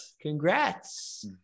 Congrats